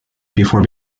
before